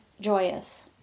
joyous